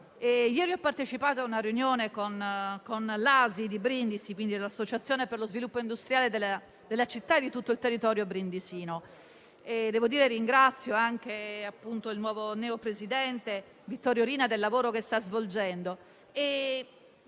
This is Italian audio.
Ieri ho partecipato a una riunione con l'ASI di Brindisi, l'Associazione per lo sviluppo industriale della città e di tutto il territorio brindisino, e a questo proposito ringrazio anche il neopresidente Vittorio Rina del lavoro che sta svolgendo;